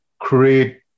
create